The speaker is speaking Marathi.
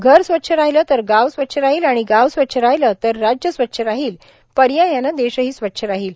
घर स्वच्छ राहिलं तर गाव स्वच्छ राहील आणि गाव स्वच्छ राहील तर राज्य स्वच्छ राहील पर्यायानं देशही स्वच्छ राहील